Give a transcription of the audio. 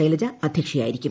Shailaja അധ്യക്ഷയായിരിക്കും